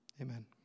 Amen